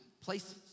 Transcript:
places